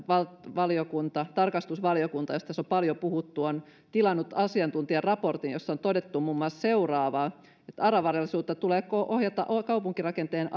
tarkastusvaliokunta josta tässä on paljon puhuttu on tilannut asiantuntijaraportin jossa on todettu muun muassa seuraavaa ara varallisuutta tulee ohjata kaupunkirakenteen